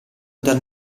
dal